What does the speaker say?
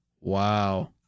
Wow